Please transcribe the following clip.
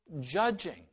judging